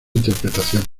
interpretación